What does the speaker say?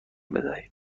بدهید